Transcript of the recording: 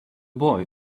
boy